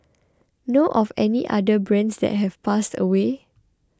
know of any other brands that have passed away